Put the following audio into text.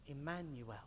Emmanuel